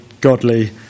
godly